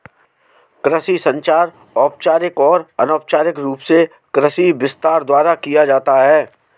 कृषि संचार औपचारिक और अनौपचारिक रूप से कृषि विस्तार द्वारा किया जाता है